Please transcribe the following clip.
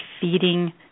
feeding